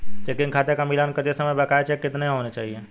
Checking खाते का मिलान करते समय बकाया चेक कितने होने चाहिए?